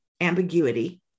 ambiguity